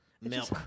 milk